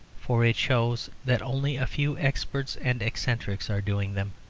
for it shows that only a few experts and eccentrics are doing them,